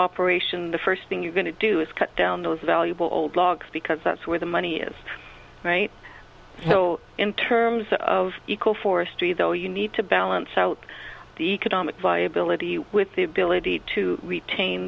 operation the first thing you're going to do is cut down those valuable old logs because that's where the money is right so in terms of equal forestry though you need to balance out the economic viability with the ability to retain